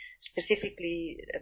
specifically